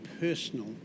personal